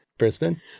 Brisbane